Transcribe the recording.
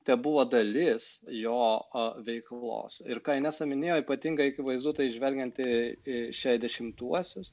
tebuvo dalis jo a veiklos ir ką inesa minėjo ypatingai akivaizdu tai žvelgiant į į šešiasdešimtuosius